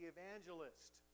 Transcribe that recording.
Evangelist